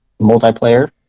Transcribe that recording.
multiplayer